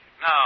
No